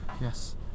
Yes